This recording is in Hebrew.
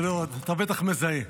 אתה בטח מזהה.